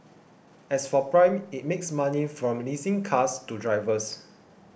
as for Prime it makes money from leasing cars to drivers